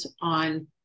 on